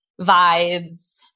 vibes